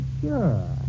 sure